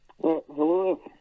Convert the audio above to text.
Hello